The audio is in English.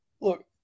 Look